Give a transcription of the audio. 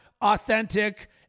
authentic